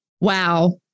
wow